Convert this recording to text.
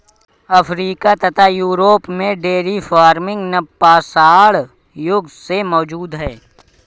Africa तथा Europe में dairy farming नवपाषाण युग से मौजूद है